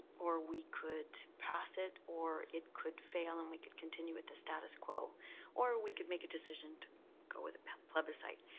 or we could pass it, or it could fail and we could continue with the status quo or we could make a decision to go with a plebiscite.